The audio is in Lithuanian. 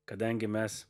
kadangi mes